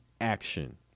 action